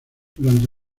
durante